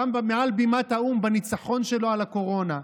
גם מעל בימת האו"ם, בניצחון שלו על הקורונה.